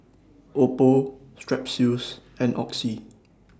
Oppo Strepsils and Oxy